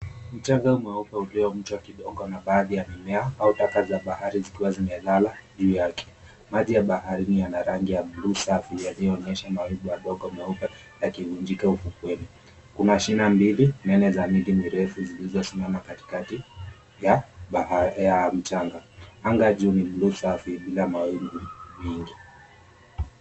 Mchanga mweupe uliovutwa kidogo na baadhi ya mimea au taka za bahari zikiwa zimelala juu yake. Maji ya baharini yana rangi ya buluu safi yaliyoonyesha mawimbi madogo meupe yakivunjika ufukweni. Kuna shina mbili nene za miti mirefu zilizosimama katikati ya mchanga. Anga juu ni ya buluu safi bila mawingu mengi.